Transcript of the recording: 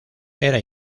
era